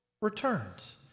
returns